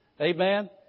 Amen